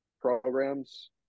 programs